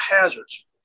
hazards